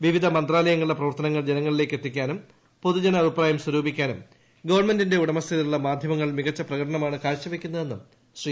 വിവിധ മന്ത്രാലയങ്ങളുടെ പ്രവർത്തനങ്ങൾ ജനങ്ങളിലേക്കെത്തിക്കാനും പൊതുജന അഭിപ്രായം സ്വരൂപിക്കാനും ഗവൺമെന്റിന്റെ ഉടമസ്ഥതയിലുള്ള മാധ്യമങ്ങൾ മികച്ച പ്രകടനമാണ് കാഴ്ചവയ്ക്കുന്നതെന്നും ശ്രീ